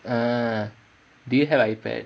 uh do you have iPad